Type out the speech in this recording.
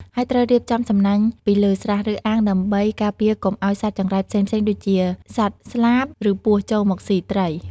ហើយត្រូវរៀបចំសំណាញ់ពីលើស្រះ ឬអាងដើម្បីការពារកុំឲ្យសត្វចង្រៃផ្សេងៗ ដូចជាសត្វស្លាប ឬពស់ ចូលមកស៊ីត្រី។